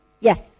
Yes